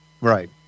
Right